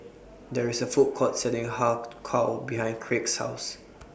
There IS A Food Court Selling Har Kow behind Kraig's House